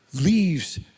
leaves